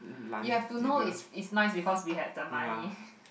you have to know it's it's nice because we had the money